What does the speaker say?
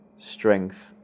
strength